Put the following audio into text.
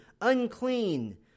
Unclean